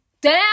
down